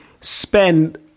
spend